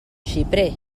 xiprer